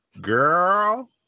Girl